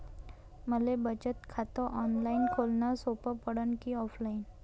मले बचत खात ऑनलाईन खोलन सोपं पडन की ऑफलाईन?